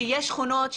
שיהיו שכונות,